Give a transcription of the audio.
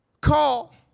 call